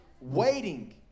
waiting